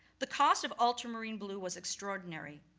the cost of ultramarine blue was extraordinary.